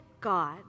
God